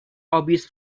obvious